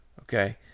Okay